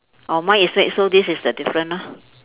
oh mine is red so this is the different ah